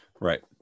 right